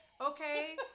Okay